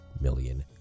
million